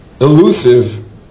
elusive